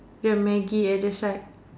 the maggi at the side